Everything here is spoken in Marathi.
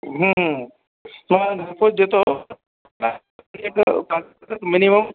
तुम्हाला घरपोच देतो मिनीमम